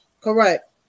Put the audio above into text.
Correct